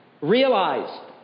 realize